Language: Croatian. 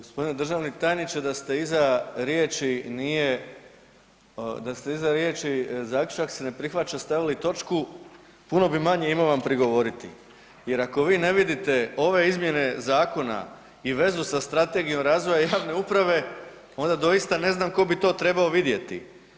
Gospodine državni tajniče da ste iza riječi „nije“, da ste iza riječi „zaključak se ne prihvaća“ stavili točku puno bi manje imao vam prigovoriti, jer ako vi ne vidite ove izmjene Zakona i vezu sa Strategijom razvoja javne uprave onda doista ne znam tko bi to trebao vidjeti.